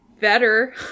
better